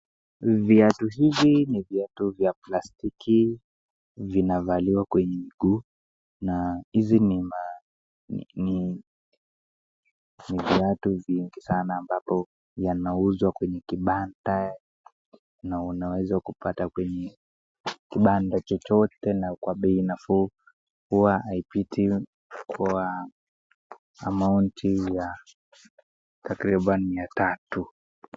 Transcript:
Viatu hivi ni viatu vya plastiki vinavaliwa kwenye mguu na, na hizi ma ni viatu vingi sana ambapo yanauzwa kwenye kibanda na unaweza kupata kwenye kibanda chochote na kwa bei nafuu, huwa haipiti kwa "amaunti" ya takriban mia tatu.